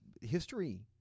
history